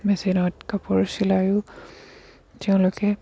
মেচিনত কাপোৰ চিলাইয়ো তেওঁলোকে